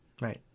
right